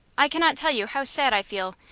i cannot tell you how sad i feel,